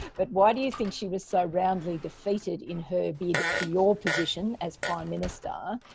but why do you think she was so roundly defeated in her bid for your position as prime minister?